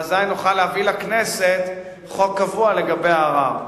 ואזי נוכל להביא לכנסת חוק קבוע לגבי הערר.